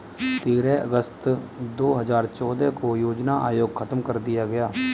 तेरह अगस्त दो हजार चौदह को योजना आयोग खत्म कर दिया गया